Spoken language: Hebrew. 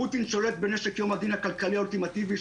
פוטין שולט בנשק יום הדין הכלכלי האולטימטיבי,